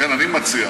לכן אני מציע,